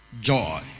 Joy